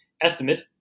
estimate